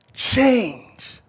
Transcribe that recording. change